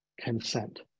consent